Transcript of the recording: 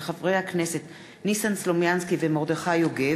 מאת חברי הכנסת ניסן סלומינסקי ומרדכי יוגב,